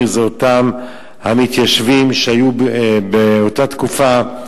זה בעצם המתיישבים שהיו באותה תקופה,